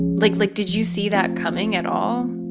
like like, did you see that coming at all?